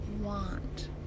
want